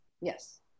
yes